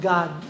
God